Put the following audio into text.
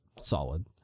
solid